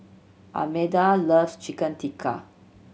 Almeda loves Chicken Tikka